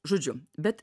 žodžiu bet